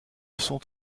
sont